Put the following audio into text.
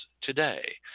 today